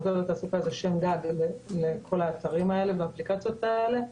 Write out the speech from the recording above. מודל התעסוקה זה שם גג לכל האתרים האלה והאפליקציות האלה.